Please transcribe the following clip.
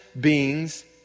beings